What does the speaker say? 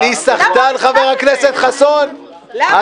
--- אתה